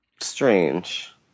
Strange